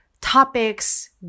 topics